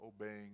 obeying